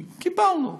קיבלנו.